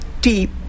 deep